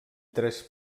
tres